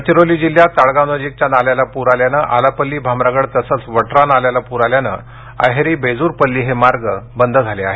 गडचिरोली जिल्ह्यात ताडगावनजीकच्या नाल्याला पूर आल्यानं आलापल्ली भामरागड तसंच वट्रा नाल्याला पूर आल्यानं अहेरी बेजूरपल्ली हे मार्ग बंद झाले आहेत